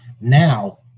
Now